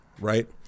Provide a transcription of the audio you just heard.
right